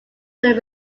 their